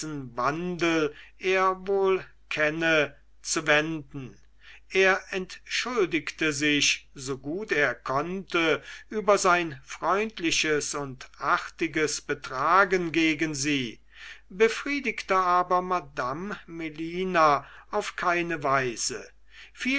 wandel er wohl kenne zu wenden er entschuldigte sich so gut er konnte über sein freundliches und artiges betragen gegen sie befriedigte aber madame melina auf keine weise